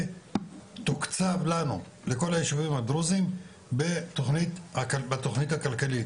התקציב שתוקצב לנו לכל היישובים הדרוזים בתוכנית הכלכלית,